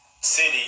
city